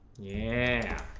yeah